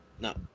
No